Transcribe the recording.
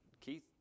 Keith